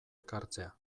ekartzea